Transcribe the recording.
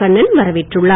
கண்ணன் வரவேற்றுள்ளார்